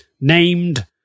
named